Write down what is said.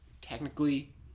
technically